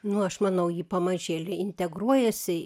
nu aš manau ji pamažėle integruojasi